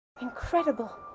Incredible